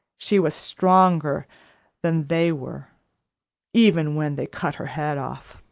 she was stronger than they were even when they cut her head off.